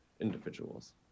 individuals